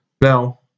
Now